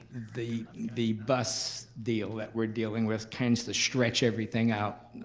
the the bus deal that we're dealing with tends to stretch everything out